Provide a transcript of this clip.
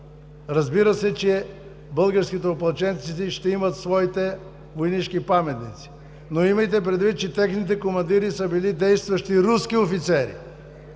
Разбира се, че българските опълченци ще имат своите войнишки паметници, но имайте предвид, че техните командири са били действащи руски офицери